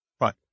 Right